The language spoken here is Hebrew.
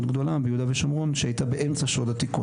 גדולה ביהודה ושומרון שהיתה באמצע שוד עתיקות.